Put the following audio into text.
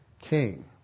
king